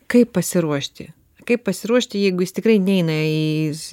kaip pasiruošti kaip pasiruošti jeigu jis tikrai neina į is